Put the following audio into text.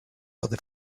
other